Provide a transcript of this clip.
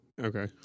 Okay